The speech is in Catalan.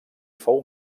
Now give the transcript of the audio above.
fou